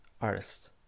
artist